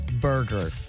burger